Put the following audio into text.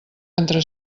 entre